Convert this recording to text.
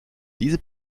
diese